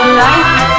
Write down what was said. life